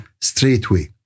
straightway